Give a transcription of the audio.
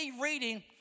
reading